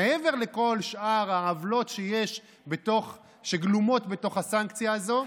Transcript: מעבר לכל שאר העוולות שגלומות בתוך הסנקציה הזאת,